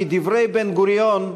כדברי בן-גוריון,